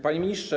Panie Ministrze!